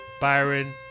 Byron